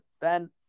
Ben